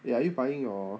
eh are you buying your